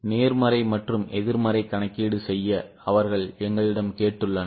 நேர்மறை மற்றும் எதிர்மறை கணக்கீடு செய்ய அவர்கள் எங்களிடம் கேட்டுள்ளனர்